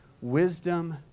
wisdom